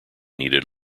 needed